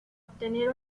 obtener